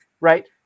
right